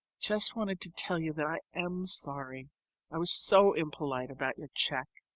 just wanted to tell you that i am sorry i was so impolite about your cheque.